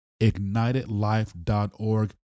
ignitedlife.org